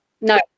no